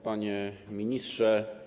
Panie Ministrze!